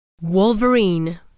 Wolverine